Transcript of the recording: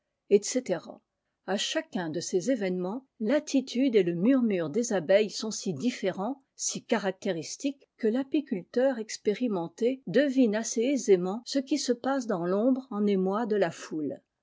etc a chacun de ces événements l'attitude et le murmure des abeilles sont si différents si caractéristiques que l'apiculteur expérimenté devine assez aisément ce qui se passe dans l'ombre en émoi de la faule